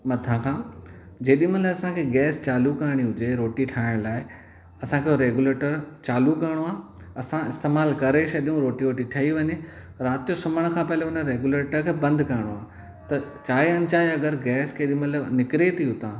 मथां खां जेॾी महिल असांखे गैस चालू करणी हुजे रोटी ठाहिण लाइ असांखे उहो रैगुलेटर चालू करिणो आहे असां इस्तेमाल करे छॾूं रोटी वोटी ठही वञे रात जो सुम्हण खां पहले उन रेगुलेटर खे बंदि करिणो आहे त चाहे अंचाहे अगरि गैस केॾी महिल निकरे थी उतां